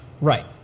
Right